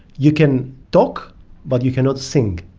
you can talk but you cannot sing.